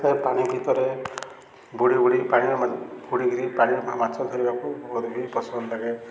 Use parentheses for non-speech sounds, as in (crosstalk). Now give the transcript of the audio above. ଏ ପାଣି ଭିତରେ ବୁଡ଼ି ବୁଡ଼ି ପାଣି (unintelligible) ବୁଡ଼ିକିରି ପାଣି ମାଛ ଧରିବାକୁ ବହୁତ ବି ପସନ୍ଦ ଲାଗେ